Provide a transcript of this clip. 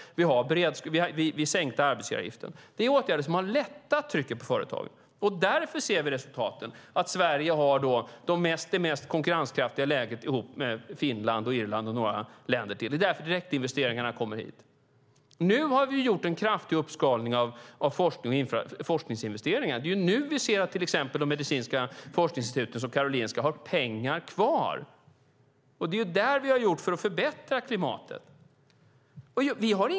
Vi sänkte arbetsgivaravgiften. Det är åtgärder som har lättat trycket på företagen. Därför ser vi resultaten, att Sverige har det mest konkurrenskraftiga läget ihop med Finland, Irland och några länder till. Det är därför direktinvesteringarna kommer hit. Nu har vi gjort en kraftig uppskalning av forskningsinvesteringarna. Det är nu vi ser att till exempel de medicinska forskningsinstituten som Karolinska har pengar kvar. Det är det vi har gjort för att förbättra klimatet.